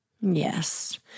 Yes